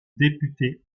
député